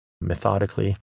methodically